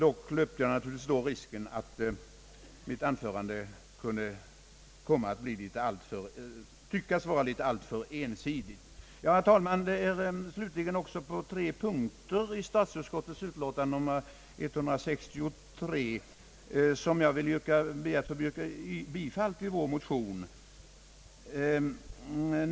Jag löper då naturligtvis risk för att mitt anförande kan tyckas vara alltför ensidigt. Herr talman! På tre punkter i statsutskottets utlåtande nr 163 ber jag att få yrka bifall till vår motion.